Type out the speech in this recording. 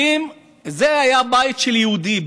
זה היה בית של יהודי.